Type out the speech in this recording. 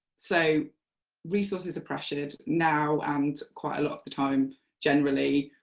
so resources pressured, now and quite a lot of the time generally,